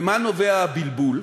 ממה נובע הבלבול?